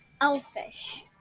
Elfish